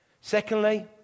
Secondly